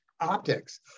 optics